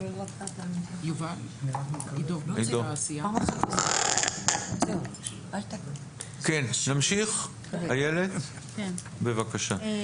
איילת, בבקשה.